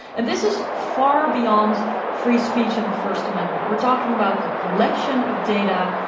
and this is far beyond free speech and the first amendment. we're talking about the collection of data,